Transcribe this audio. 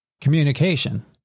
communication